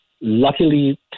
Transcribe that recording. Luckily